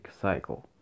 cycle